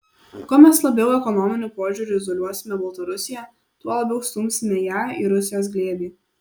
kuo mes labiau ekonominiu požiūriu izoliuosime baltarusiją tuo labiau stumsime ją į rusijos glėbį